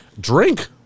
Drink